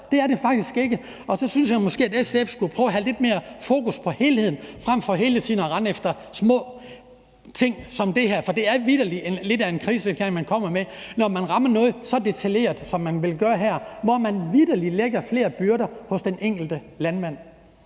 det er de faktisk ikke. Og så synes jeg måske, at SF skulle prøve at have lidt mere fokus på helheden frem for hele tiden at rende efter små ting som det her, for det er vitterlig lidt af en krigserklæring, man kommer med, når man rammer noget så detaljeret, som man vil gøre her, hvor man vitterlig lægger flere byrder hos den enkelte landmand.